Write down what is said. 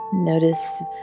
Notice